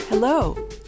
Hello